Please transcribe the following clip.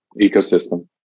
ecosystem